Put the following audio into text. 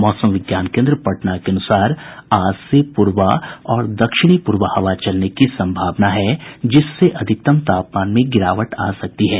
मौसम विज्ञान केन्द्र पटना के अनुसार आज से प्रबा और दक्षिणी प्रबा हवा चलने की संभावना है जिससे अधिकतम तापमान में गिरावट आ सकती है